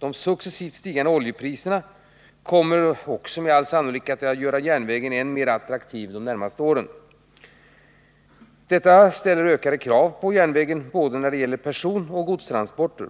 De successivt stigande oljepriserna kommer med all sannolikhet att göra järnvägen än mer attraktiv under de närmaste åren. Detta ställer ökade krav på järnvägen när det gäller både persontransporter och godstransporter.